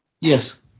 Yes